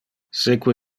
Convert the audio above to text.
seque